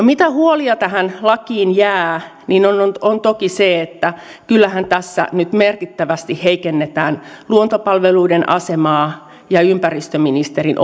mitä tähän lakiin jää on on toki se että kyllähän tässä nyt merkittävästi heikennetään luontopalveluiden asemaa ja ympäristöministerin